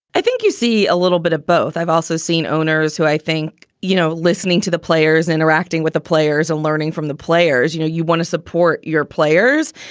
i think you see a little bit of both. i've also seen owners who i think, you know, listening to the players interacting with the players are learning from the players, you know, you want to support your players.